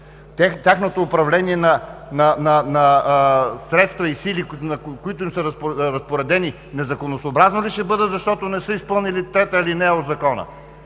Тяхното управление на средства и сили, които са им разпоредени, незаконосъобразни ли ще бъдат, защото не са изпълнили ал. 3 на Закона?